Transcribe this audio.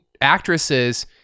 actresses